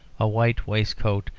a white waistcoat,